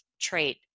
trait